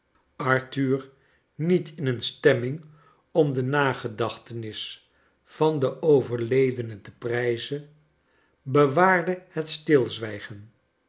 arthur niet in een stemming om de nagedachtenis van den over ledene te prijzen bewaarde het stilz